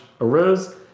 arose